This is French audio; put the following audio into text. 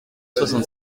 soixante